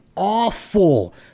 awful